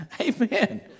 Amen